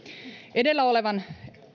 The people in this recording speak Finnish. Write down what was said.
edellä olevan